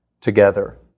together